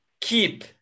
keep